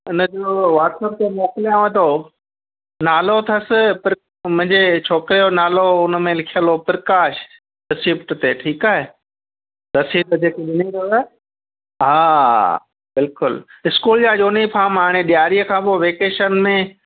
उनजो वाट्सअप ते मोकिलियांव थो नालो अथसि प्र मुंहिंजे छोकिरे जो नालो उनमें लिखियल हो प्रकाश रिसिप्ट ते ठीकु आहे रसीद जेकी ॾिनी अथव हा बिल्कुलु स्कूल जा यूनिफ़ार्म हाणे ॾियारीअ खां पोइ वेकेशन में